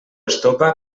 estopa